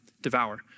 devour